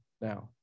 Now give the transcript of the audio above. now